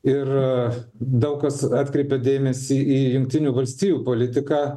ir daug kas atkreipia dėmesį į jungtinių valstijų politiką